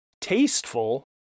tasteful